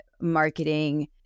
marketing